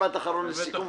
משפט אחרון לסיכום,